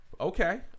okay